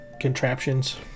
contraptions